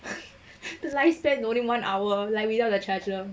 the lifespan only one hour like without the charger